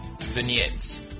vignettes